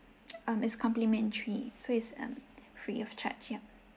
um it's complementary so it's um free of charge yup